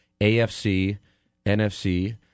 AFC-NFC